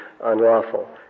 unlawful